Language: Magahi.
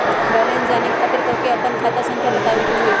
बैलेंस जाने खातिर तोह के आपन खाता संख्या बतावे के होइ?